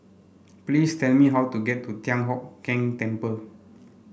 please tell me how to get to Thian Hock Keng Temple